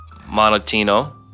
Monotino